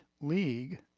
league